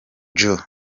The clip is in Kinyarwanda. joe